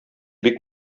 бик